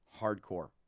hardcore